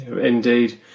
Indeed